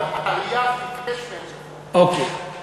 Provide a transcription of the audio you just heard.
עלייה, אוקיי, אוקיי.